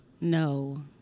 No